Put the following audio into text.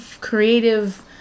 creative